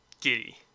giddy